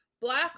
Black